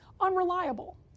unreliable